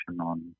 on